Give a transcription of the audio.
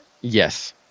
Yes